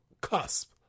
cusp